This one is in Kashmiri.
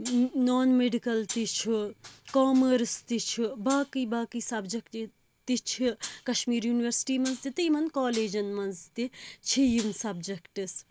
نان میڈِکَل تہِ چھُ کامٲرٕس تہِ چھُ باقٕے باقٕے سَبجَکٹ تہِ چھِ کَشمیٖر یونِیوَرسِٹی منٛز تہِ یِمَن کالیجَن منٛز تہِ چھِ یِم سَبجَکٹٕس